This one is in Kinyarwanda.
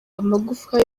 amagufwa